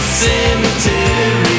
cemetery